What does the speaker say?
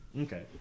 Okay